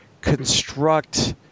construct